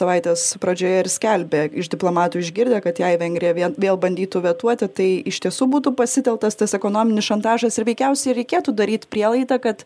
savaitės pradžioje ir skelbia iš diplomatų išgirdę kad jei vengrija vien vėl bandytų vetuoti tai iš tiesų būtų pasitelktas tas ekonominis šantažas ir veikiausiai reikėtų daryti prielaidą kad